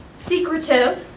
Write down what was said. secretive,